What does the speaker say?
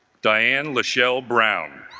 diane lachelle brown